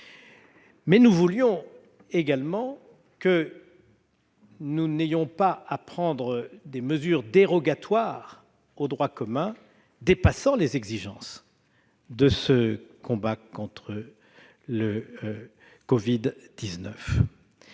Nous voulions également éviter de prendre des mesures dérogatoires au droit commun dépassant les exigences du combat contre le Covid-19.